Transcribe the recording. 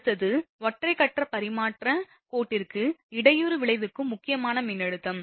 அடுத்தது ஒற்றை கட்ட பரிமாற்றக் கோட்டிற்கு இடையூறு விளைவிக்கும் முக்கியமான மின்னழுத்தம்